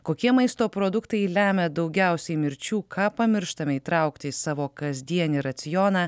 kokie maisto produktai lemia daugiausiai mirčių ką pamirštame įtraukti į savo kasdienį racioną